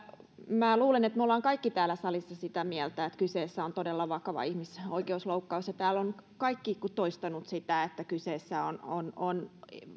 minä luulen että me olemme kaikki täällä salissa sitä mieltä että kyseessä on todella vakava ihmisoikeusloukkaus täällä ovat kaikki toistaneet sitä että kyseessä on on